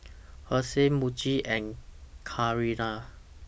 Herschel Muji and Carrera